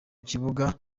kibuga